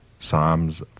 Psalms